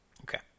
Okay